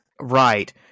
right